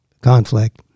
conflict